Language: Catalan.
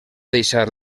deixar